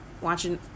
watching